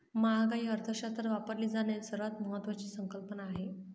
महागाई अर्थशास्त्रात वापरली जाणारी सर्वात महत्वाची संकल्पना आहे